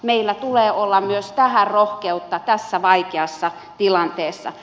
meillä tulee olla myös tähän rohkeutta tässä vaikeassa tilanteessa